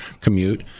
commute